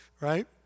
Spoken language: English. right